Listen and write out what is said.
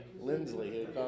Lindsley